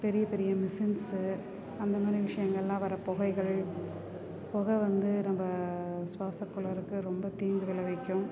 பெரிய பெரிய மிஷின்ஸ்ஸு அந்தமாதிரி விஷயங்கள்லாம் வர்ற புகைகள் பொகை வந்து ரொம்ப சுவாச கோளாறுக்கு ரொம்ப தீங்கு விளைவிக்கும்